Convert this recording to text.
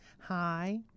Hi